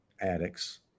addicts